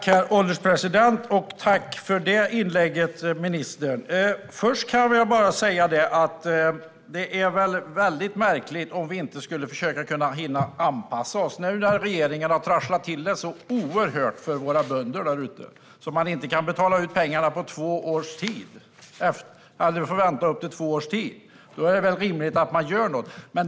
Herr ålderspresident! Tack för det inlägget, ministern! Först kan jag bara säga att det vore märkligt om vi inte skulle kunna försöka hinna anpassa oss. Nu när regeringen har trasslat till det så oerhört för våra bönder att de får vänta på pengarna i upp till två års tid är det väl rimligt att man gör något.